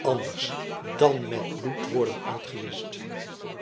anders dan met bloed worden uitgewischt